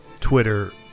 Twitter